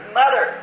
mother